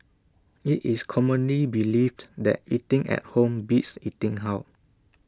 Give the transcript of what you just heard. IT is commonly believed that eating at home beats eating out